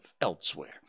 elsewhere